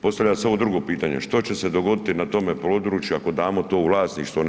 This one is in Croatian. Postavlja se ovo drugo pitanje što će se dogoditi na tome području ako damo to u vlasništvo a ne